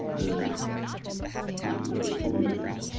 and the reality is,